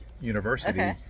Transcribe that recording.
University